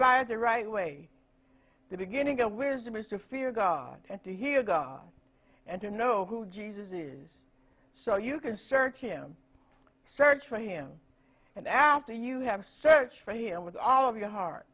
by the right way the beginning of wisdom is to fear god and to hear god and to know who jesus is so you can search him search for him and after you have search for him with all of your heart